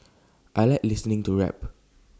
I Like listening to rap